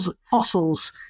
fossils